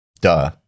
Duh